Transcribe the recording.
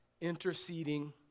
interceding